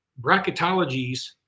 bracketologies